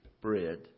bread